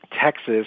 Texas